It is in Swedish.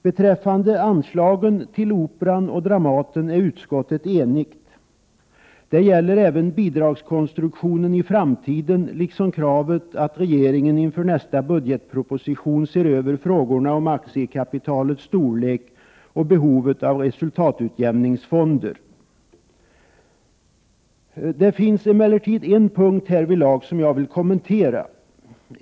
Beträffande anslagen till Operan och Dramaten är utskottet enigt. Det gäller även bidragskonstruktionen i framtiden liksom kravet på att regeringen inför nästa budgetproposition ser över frågorna om aktiekapitalets storlek och behovet av resultatutjämningsfonder. Det finns emellertid en punkt härvidlag som jag vill kommentera.